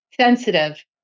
sensitive